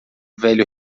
velho